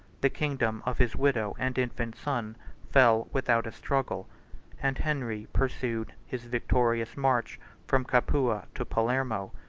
the kingdom of his widow and infant son fell without a struggle and henry pursued his victorious march from capua to palermo.